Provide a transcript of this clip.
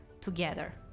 together